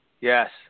Yes